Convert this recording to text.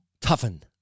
Toughen